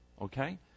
okay